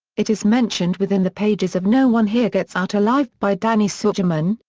it is mentioned within the pages of no one here gets out alive by danny sugerman,